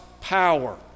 power